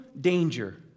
danger